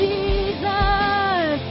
Jesus